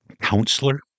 counselor